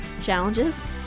challenges